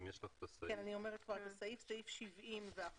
סעיף 71